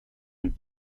and